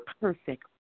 perfect